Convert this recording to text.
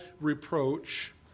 reproach